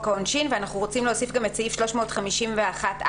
העונשין," אנחנו רוצים להוסיף גם את סעיף 351(א),